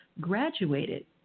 graduated